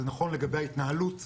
זה נכון לגבי ההתנהלות,